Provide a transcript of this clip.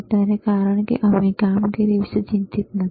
અત્યારે કારણ કે અમે કામગીરી વિશે ચિંતિત નથી